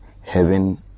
heaven